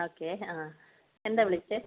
okay ആ എന്താണ് വിളിച്ചത്